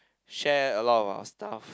share a lot of our stuff